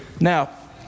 Now